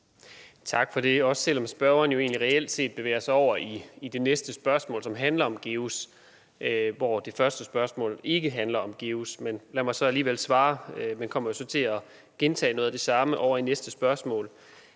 Tak for det, også selv om spørgeren jo reelt set bevæger sig over i det næste spørgsmål, som handler om GEUS – og hvor det første spørgsmål ikke handler om GEUS. Men lad mig alligevel svare, men jeg kommer så til at gentage noget af det under det næste spørgsmål.